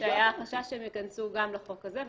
והיה חשש שהם ייכנסו גם לחוק הזה.